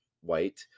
white